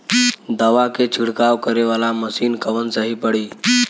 दवा के छिड़काव करे वाला मशीन कवन सही पड़ी?